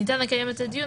ניתן לקיים את הדיון,